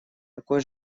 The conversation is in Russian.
такой